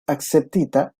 akceptita